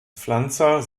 pflanzer